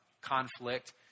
conflict